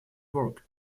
work